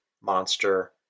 monster